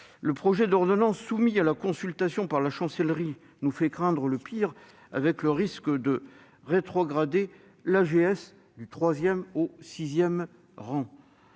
Le projet d'ordonnance soumis à consultation par la Chancellerie nous fait craindre le pire, avec le risque de rétrogradation de l'AGS du troisième au sixième rang